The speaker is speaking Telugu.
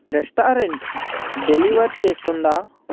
రెస్టారెంట్ డెలివర్ చేస్తుందా